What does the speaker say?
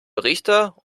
richter